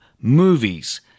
Movies